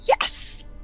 Yes